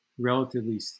relatively